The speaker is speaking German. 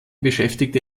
beschäftigte